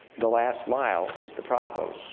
the last mile is the problem,